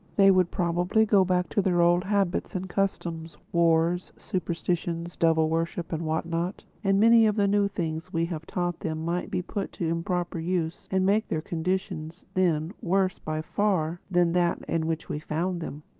they would probably go back to their old habits and customs wars, superstitions, devil-worship and what not and many of the new things we have taught them might be put to improper use and make their condition, then, worse by far than that in which we found them.